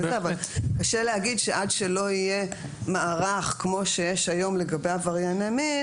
אבל קשה להגיד שעד שלא יהיה מערך כמו שיש היום לגבי עברייני מין,